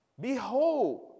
Behold